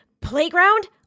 playground